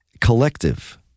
collective